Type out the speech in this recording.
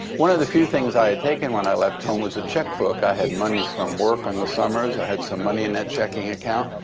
one of the few things i had taken when i left home was a checkbook. i had money from work in the summers. i had some money in that checking account.